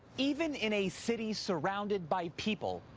even in a city surrounded by people,